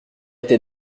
tes